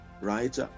right